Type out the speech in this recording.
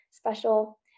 special